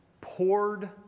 poured